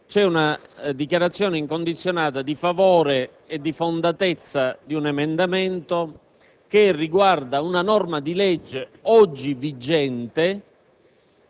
C'è una dichiarazione incondizionata di favore e di fondatezza di un emendamento che riguarda una norma di legge oggi vigente.